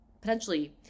potentially